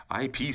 IP